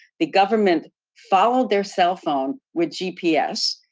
the government followed their cell phone with gps,